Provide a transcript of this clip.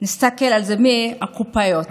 תסתכל על זה, מהקופאיות,